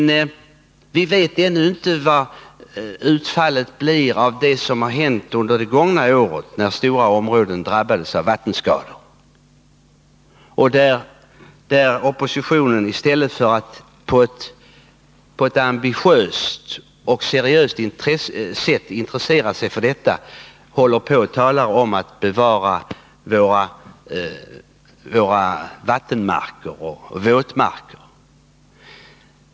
Men vi vet ännu inte hur utfallet blir av det som hänt under det gångna året, när stora områden drabbades av vattenskador. I stället för att på ett ambitiöst och seriöst sätt intressera sig för denna fråga talar oppositionen om att bevara våra vattenoch våtmarker.